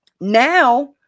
now